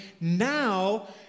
now